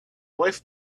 wife